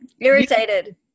irritated